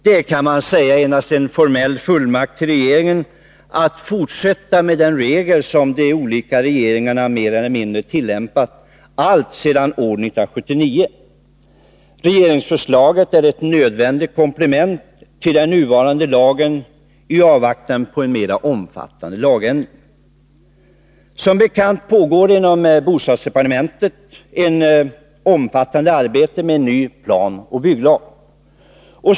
Man kan säga att det endast är en formell fullmakt till regeringen att fortsätta med den regel som de olika regeringarna mer eller mindre tillämpat alltsedan 1979. Regeringsförslaget är ett nödvändigt komplement till den nuvarande lagen i avvaktan på en mera omfattande lagändring. Som bekant pågår f. n. inom bostadsdepartementet ett omfattande arbete med en ny planoch bygglag.